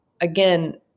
again